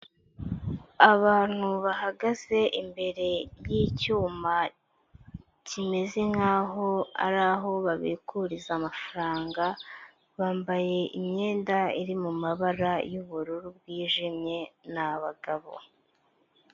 Abantu bahagaze imbere y'icyuma kimeze nk'aho ari aho babikuririza amafaranga, bambaye imyenda iri mu mabara y'ubururu bwijimye, ni abagabo.